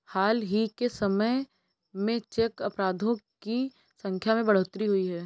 हाल ही के समय में चेक अपराधों की संख्या में बढ़ोतरी हुई है